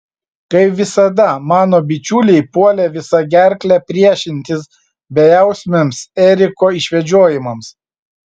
kaip visada mano bičiuliai puolė visa gerkle priešintis bejausmiams eriko išvedžiojimams